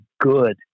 good